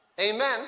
amen